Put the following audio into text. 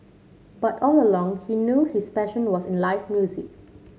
but all along he knew his passion was in life music